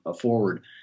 forward